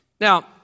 Now